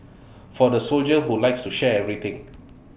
for the soldier who likes to share everything